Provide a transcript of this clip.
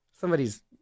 somebody's